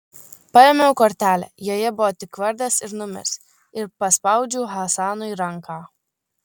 paėmiau kortelę joje buvo tik vardas ir numeris ir paspaudžiau hasanui ranką